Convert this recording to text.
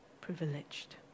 privileged